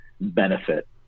benefit